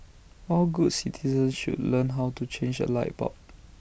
all good citizens should learn how to change A light bulb